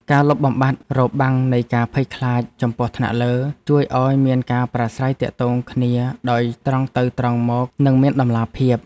ការលុបបំបាត់របាំងនៃការភ័យខ្លាចចំពោះថ្នាក់លើ ជួយឱ្យមានការប្រាស្រ័យទាក់ទងគ្នាដោយត្រង់ទៅត្រង់មកនិងមានតម្លាភាព។